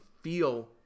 feel